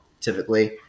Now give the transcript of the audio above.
typically